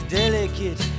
delicate